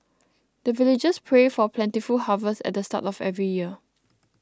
the villagers pray for plentiful harvest at the start of every year